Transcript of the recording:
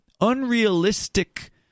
unrealistic